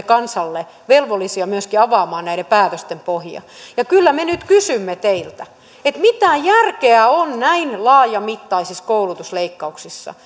kansalle myöskin velvollisia avaamaan näiden päätösten pohjia kyllä me nyt kysymme teiltä mitä järkeä on näin laajamittaisissa koulutusleikkauksissa